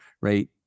right